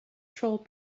troll